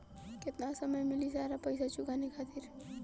केतना समय मिली सारा पेईसा चुकाने खातिर?